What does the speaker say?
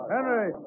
Henry